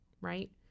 right